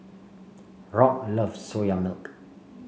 Rock loves Soya Milk